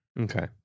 Okay